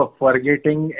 forgetting